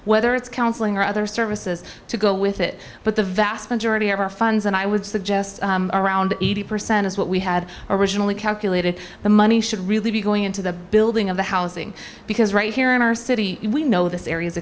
whether it's counseling or other services to go with it but the vast majority of our funds and i would suggest around eighty percent is what we had originally calculated the money should really be going into the building of the housing because right here in our city we know this area